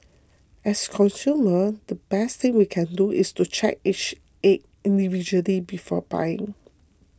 as consumer the best thing we can do is to check each egg individually before buying